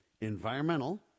Environmental